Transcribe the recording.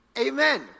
Amen